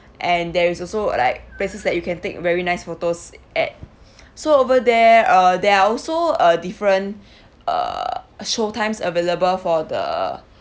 and there is also like places that you can take very nice photos at so over there uh there are also uh different uh show times available for the